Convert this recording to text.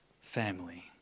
family